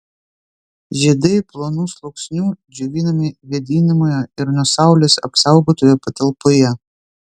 žiedai plonu sluoksniu džiovinami vėdinamoje ir nuo saulės apsaugotoje patalpoje